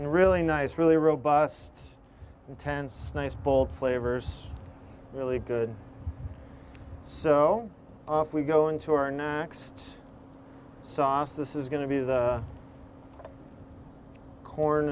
really nice really robust intense nice bold flavors really good so if we go into our next song this is going to be the corn